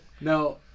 No